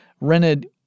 rented